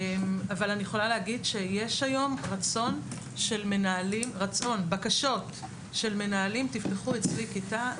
אבל אני יכולה להגיד שיש היום רצון ובקשות של מנהלים תפתחו אצלי כיתה.